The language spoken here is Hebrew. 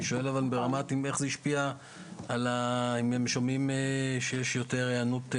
אני שואל האם הם רואים שיש יותר היענות,